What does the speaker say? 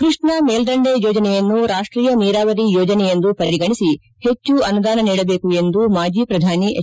ಕೃಷ್ಣಾ ಮೇಲ್ಪಂಡೆ ಯೋಜನೆಯನ್ನು ರಾಷ್ಟೀಯ ನೀರಾವರಿ ಯೋಜನೆ ಎಂದು ಪರಿಗಣಿಸಿ ಪೆಚ್ಚು ಆನುದಾನ ನೀಡಬೇಕು ಎಂದು ಮಾಜಿ ಪ್ರಧಾನಿ ಎಚ್